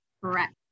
correct